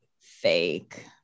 Fake